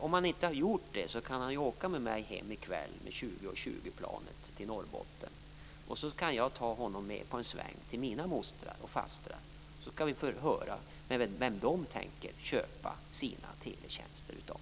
Om han inte har gjort det kan han ju åka med mig hem i kväll med 20.20-planet till Norrbotten, så kan jag ta honom med på en sväng till mina mostrar och fastrar. Då får vi höra vem de tänker köpa sina teletjänster av.